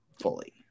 fully